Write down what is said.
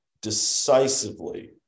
decisively